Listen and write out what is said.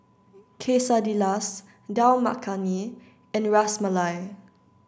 Quesadillas Dal Makhani and Ras Malai